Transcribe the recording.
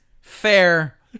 Fair